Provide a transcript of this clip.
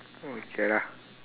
okay lah